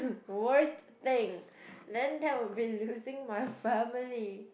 worst thing then that would be losing my family